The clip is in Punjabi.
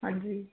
ਹਾਂਜੀ